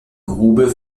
grube